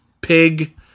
Pig